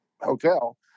hotel